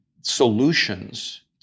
solutions